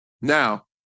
Now